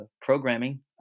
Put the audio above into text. programming